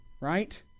right